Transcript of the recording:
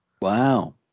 wow